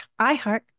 iHeart